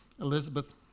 Elizabeth